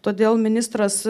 todėl ministras